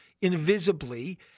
invisibly